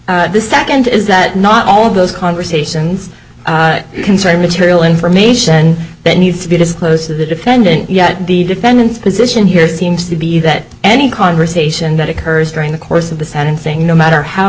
the second is that not all of those conversations concerning material information that needs to be disclosed to the defendant yet the defendant's position here seems to be that any conversation that occurs during the course of the sentencing no matter how